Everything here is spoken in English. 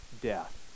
death